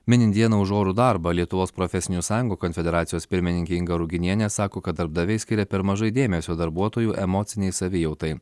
minint dieną už orų darbą lietuvos profesinių sąjungų konfederacijos pirmininkė inga ruginienė sako kad darbdaviai skiria per mažai dėmesio darbuotojų emocinei savijautai